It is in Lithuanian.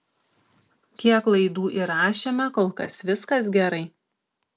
kiek laidų įrašėme kol kas viskas gerai